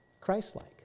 Christ-like